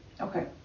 Okay